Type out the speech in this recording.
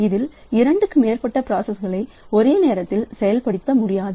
இதில் இரண்டுக்கு மேற்பட்ட ப்ராசஸ்களை ஒரே நேரத்தில் செயல்படுத்த முடியாது